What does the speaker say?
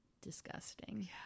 disgusting